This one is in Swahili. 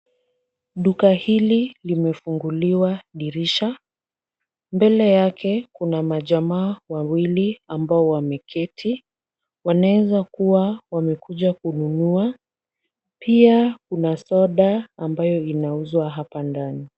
Duka hili limefunguliwa dirisha. Mbele yake kuna majamaa wawili ambao wameketi. Wanaweza kuwa wamekuja kununua, pia kuna soda ambayo inauzwa hapa ndani.